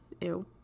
Ew